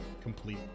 complete